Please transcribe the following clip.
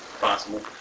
possible